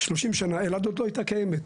30 שנה, אלעד עוד לא הייתה קיימת.